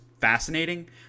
fascinating